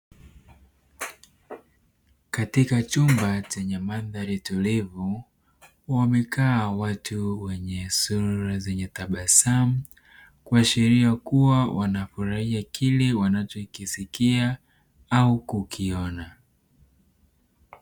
Katika chumba chenye mandhari tulivu wamekaa watu wenye sura zenye tabasamu kuashiria kuwa wanafurahia kile wanachokisikia au kukiona.